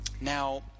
Now